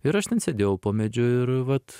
ir aš ten sėdėjau po medžiu ir vat